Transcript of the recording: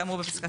כאמור בפיסקה